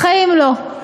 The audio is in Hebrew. בחיים לא.